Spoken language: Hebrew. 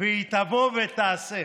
והיא תבוא ותעשה.